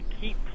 keep